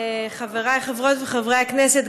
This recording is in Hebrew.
חבריי חברות וחברי הכנסת,